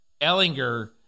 Ellinger